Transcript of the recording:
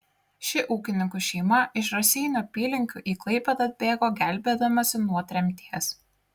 ši ūkininkų šeima iš raseinių apylinkių į klaipėdą atbėgo gelbėdamasi nuo tremties